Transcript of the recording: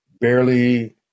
barely